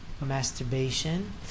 masturbation